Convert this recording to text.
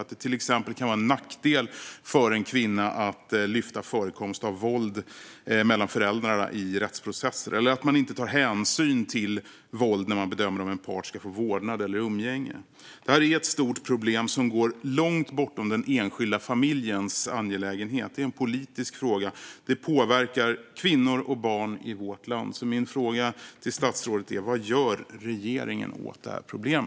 Det kan till exempel vara en nackdel för en kvinna att i rättsprocesser lyfta fram förekomst av våld mellan föräldrarna, eller det kan vara så att man inte tar hänsyn till våld när man bedömer om en part ska få vårdnad eller umgänge. Detta är ett stort problem som går långt bortom den enskilda familjens angelägenheter. Det är en politisk fråga. Detta påverkar kvinnor och barn i vårt land. Min fråga till statsrådet är: Vad gör regeringen åt detta problem?